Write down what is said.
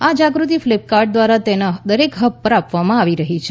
આ જાગૃતિ ફિલિપકાર્ટ દ્વારા તેના દરેક હબ પર આપવામાં આવી રહી છે